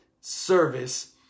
service